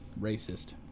racist